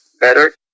better